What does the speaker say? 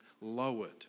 lowered